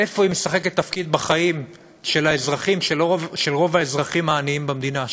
איפה היא משחקת תפקיד בחיים של רוב האזרחים העניים במדינה?